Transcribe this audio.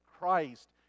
Christ